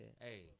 Hey